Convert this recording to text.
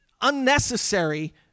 unnecessary